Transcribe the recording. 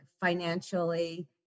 financially